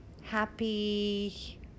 Happy